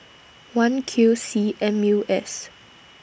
one Q C M U S